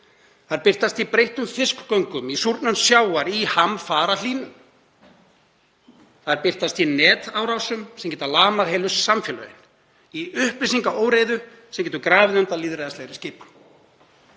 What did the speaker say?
Þær birtast í breyttum fiskigöngum, í súrnun sjávar, í hamfarahlýnun. Þær birtast í netárásum sem geta lamað heilu samfélögin, í upplýsingaóreiðu sem getur grafið undan lýðræðislegri skipan.